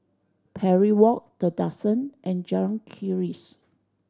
Parry Walk The Duxton and Jalan Keris